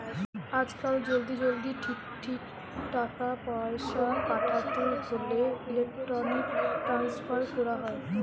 আজকাল জলদি জলদি ঠিক ঠিক টাকা পয়সা পাঠাতে হোলে ইলেক্ট্রনিক ট্রান্সফার কোরা হয়